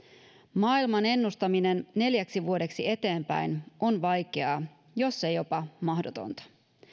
maailman ennustaminen neljäksi vuodeksi eteenpäin on vaikeaa jos ei jopa mahdotonta